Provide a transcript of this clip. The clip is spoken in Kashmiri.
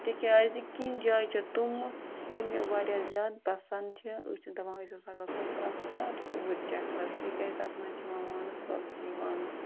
تِکیٛازِ کیٚنٛہہ جایہِ چھےٚ تِمہٕ یِم مےٚ واریاہ زیادٕ پَسنٛد چھِ أسۍ چھِ دَپان أسۍ ہَسا گژھو پرٛٮ۪تھ ساتہٕ اوٗرۍ چَکرَس تِکیٛازِ تَتھ منٛز چھِ یِوان مانَسبَل چھِ یِوان